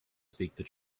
speak